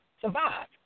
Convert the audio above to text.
survive